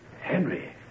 Henry